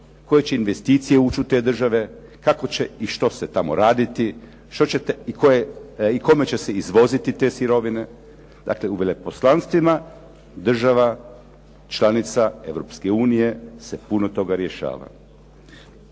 koje će investicije ući u te države, kako će i što se tamo raditi, što ćete i kome će se izvoziti te sirovine? Dakle, u veleposlanstvima država članica Europske unije se puno toga rješava.